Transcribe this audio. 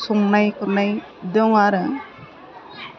संनाय खुरनाय दं आरो